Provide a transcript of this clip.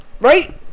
Right